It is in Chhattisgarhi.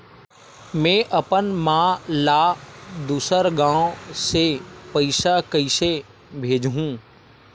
में अपन मा ला दुसर गांव से पईसा कइसे भेजहु?